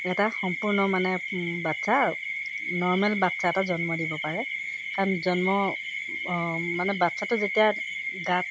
এটা সম্পূৰ্ণ মানে বাচ্ছা নৰ্মেল বাচ্ছা এটা জন্ম দিব পাৰে কাৰণ জন্ম মানে বাচ্ছাটো যেতিয়া গাত